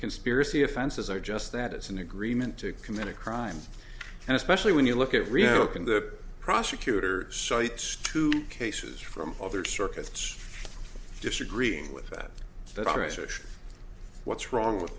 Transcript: conspiracy offenses or just that it's an agreement to commit a crime and especially when you look at reopen the prosecutor cites two cases from other circuits disagreeing with that progress or what's wrong with